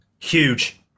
Huge